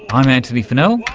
i'm antony funnell,